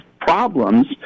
problems